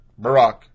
Barack